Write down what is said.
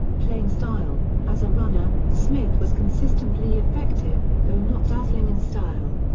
playing style as a runner, smith was consistently effective, though not dazzling in style.